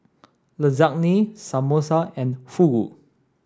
Lasagne Samosa and Fugu